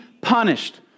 punished